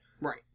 Right